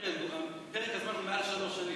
פרק הזמן הוא מעל שלוש שנים.